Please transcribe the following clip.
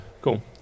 Cool